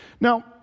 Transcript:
Now